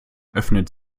öffnet